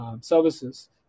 services